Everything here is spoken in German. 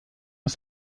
aus